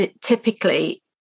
typically